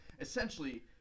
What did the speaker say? Essentially